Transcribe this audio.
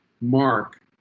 mark